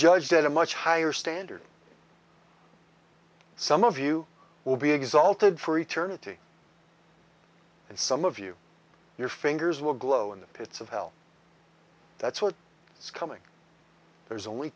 judged at a much higher standard some of you will be exalted for eternity and some of you your fingers will glow in the pits of hell that's what it's coming there's only